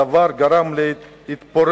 הדבר גרם להתפוררות